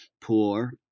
poor